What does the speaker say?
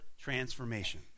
transformation